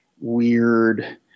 weird